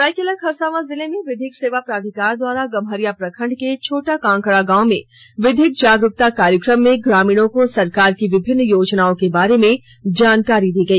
सरायकेला खरसावां जिले में विधिक सेवा प्राधिकार द्वारा गम्हरिया प्रखंड के छोटा कांकड़ा गांव में विधिक जागरुकता कार्यक्रम में ग्रामीणों को सरकार की विभिन्न योजनाओं के बारे में जानकारी दी गई